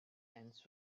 ends